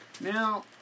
Now